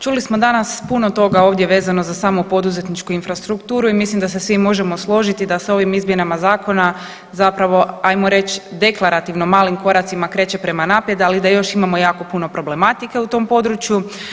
Čuli smo danas puno toga ovdje vezano za samu poduzetničku infrastrukturu i mislim da se svi možemo složiti da sa ovim izmjenama zakona zapravo, ajmo reć deklarativno malim koracima kreće prema naprijed, ali da još imamo jako puno problematike u tom području.